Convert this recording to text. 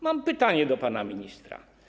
Mam pytanie do pana ministra.